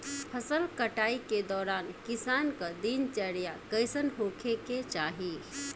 फसल कटाई के दौरान किसान क दिनचर्या कईसन होखे के चाही?